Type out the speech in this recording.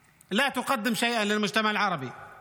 חברת הכנסת שלי טל מירון,